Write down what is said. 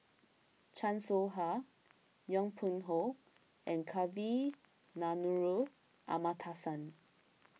Chan Soh Ha Yong Pung How and Kavignareru Amallathasan